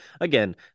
again